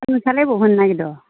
दा नोंस्रालाय बबाव होनो नागिरदों